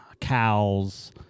cows